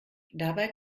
dabei